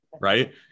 right